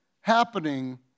happening